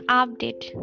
update